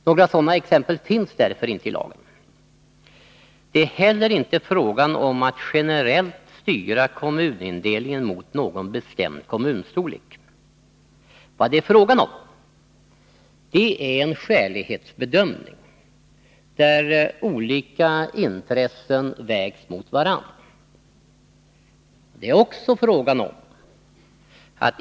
Några sådana exempel finns därför inte i lagen. Det är inte heller fråga om att generellt styra kommunindelningen mot någon bestämd kommunstorlek. Vad det är fråga om är en skälighetsbedömning, där olika intressen vägs mot varandra.